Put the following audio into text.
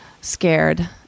scared